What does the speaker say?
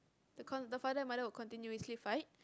the con~ the father and mother will continuously fight